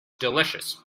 delicious